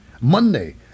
Monday